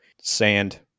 sand